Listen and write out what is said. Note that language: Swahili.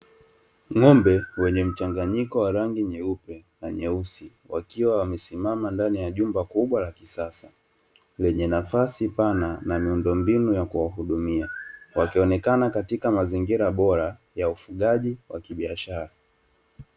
Ng'ombe wenye mchanganyiko wa rangi nyeupe na nyeusi, wakiwa wamesimama ndani ya jumba kubwa la kisasa, lenye nafasi pana na miundombinu ya kuwahudumia, wakionekana katika mazingira bora ya ufugaji wa kibiashara.